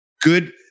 good